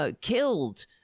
killed